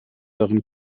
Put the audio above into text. darin